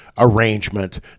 arrangement